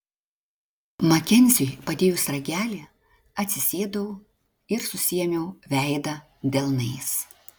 makenziui padėjus ragelį atsisėdau ir susiėmiau veidą delnais